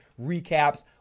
recaps